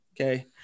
okay